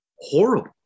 horrible